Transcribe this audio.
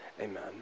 Amen